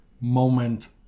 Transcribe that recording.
moment